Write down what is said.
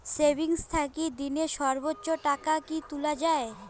Savings থাকি দিনে সর্বোচ্চ টাকা কি তুলা য়ায়?